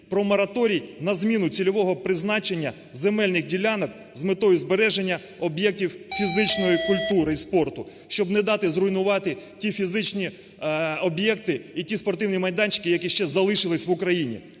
про мораторій на зміну цільового призначення земельних ділянок з метою збереження об'єктів фізичної культури і спорту, щоб не дати зруйнувати ті фізичні об'єкти і ті спортивні майданчики, які ще залишилися в Україні.